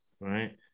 right